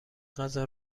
غذا